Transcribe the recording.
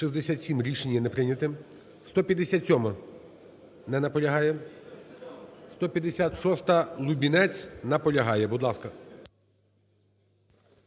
За-67 Рішення не прийняте. 157-а. Не наполягає. 156-а, Лубінець. Наполягає. Будь ласка.